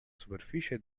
superficie